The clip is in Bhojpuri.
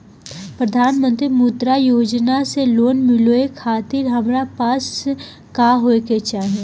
प्रधानमंत्री मुद्रा योजना से लोन मिलोए खातिर हमरा पास का होए के चाही?